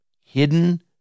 Hidden